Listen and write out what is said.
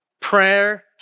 Prayer